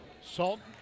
Salton